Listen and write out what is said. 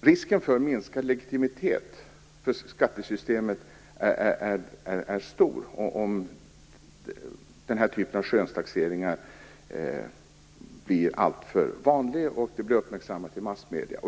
Risken för minskad legitimitet för skattesystemet är stor, om den här typen av skönstaxeringar blir alltför vanliga och uppmärksammas i massmedier.